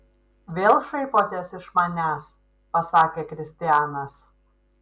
vėl šaipotės iš manęs pasakė kristianas